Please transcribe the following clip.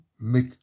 make